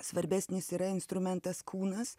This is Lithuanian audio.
svarbesnis yra instrumentas kūnas